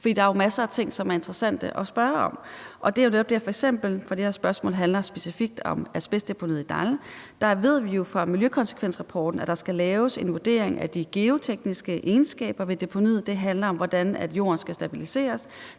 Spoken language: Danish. der er masser af ting, som er interessante at spørge om. Det gælder f.eks. det her spørgsmål, for det handler specifikt om asbestdeponiet i Dall, og der ved vi jo fra miljøkonsekvensrapporten, at der skal laves en vurdering af de geotekniske egenskaber ved deponiet. Det handler om, hvordan jorden skal stabiliseres,